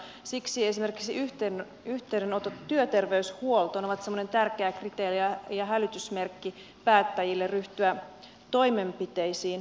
siksi esimerkiksi yhteydenotot työterveyshuoltoon ovat semmoinen tärkeä kriteeri ja hälytysmerkki päättäjille ryhtyä toimenpiteisiin